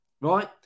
right